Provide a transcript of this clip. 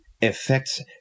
effects